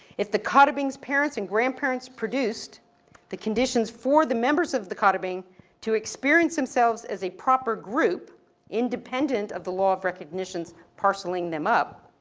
if the katabing's parents and grandparents produced the conditions for the members of the katabing to experience themselves as a proper group independent of the of recognitions parceling them up.